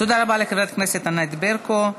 תודה רבה לחברת הכנסת ענת ברקו.